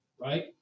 right